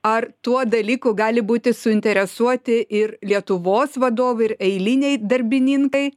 ar tuo dalyku gali būti suinteresuoti ir lietuvos vadovai ir eiliniai darbininkai